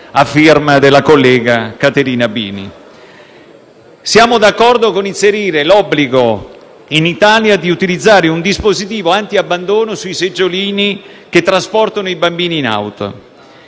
firma della collega Caterina Bini. Siamo d'accordo con l'introduzione in Italia dell'obbligo di utilizzare un dispositivo antiabbandono sui seggiolini che trasportano i bambini in auto